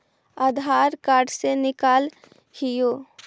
आधार card से निकाल हिऐ?